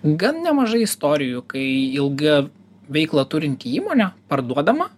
gan nemažai istorijų kai ilga veiklą turinti įmonė parduodama